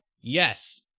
Yes